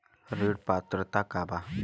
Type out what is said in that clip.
ऋण पात्रता का बा?